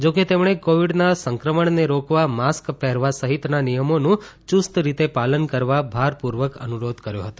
જોકે તેમણે કોવિડના સંક્રમણને રોકવા માસ્ક પહેરવા સહિતના નિયમોનું યૂસ્ત રીતે પાલન કરવા ભારપૂર્વક અનુરોધ કર્યો હતો